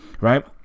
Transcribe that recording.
right